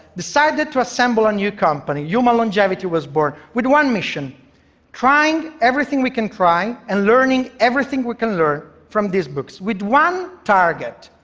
decided to assemble a new company. human longevity was born, with one mission trying everything we can try and learning everything we can learn from these books, with one target